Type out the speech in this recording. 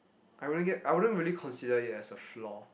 I wouldn't get I wouldn't really consider it as a flaw